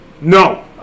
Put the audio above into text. No